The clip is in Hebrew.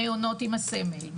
המעונות עם הסמל,